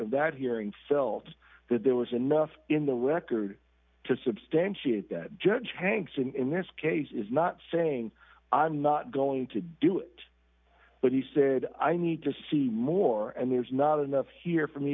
that hearing felt that there was enough in the record to substantiate judge hanks in this case is not saying i'm not going to do it but he said i need to see more and there's not enough here for me